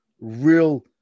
real